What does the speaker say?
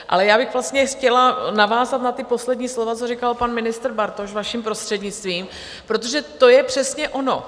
Ale já bych chtěla navázat na poslední slova, co říkal pan ministr Bartoš, vaším prostřednictvím, protože to je přesně ono.